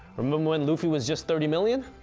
remember when luffy was just thirty million?